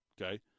okay